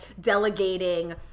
delegating –